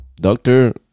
Doctor